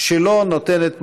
שלא נותנת מרגוע.